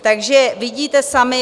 Takže vidíte sami.